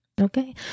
okay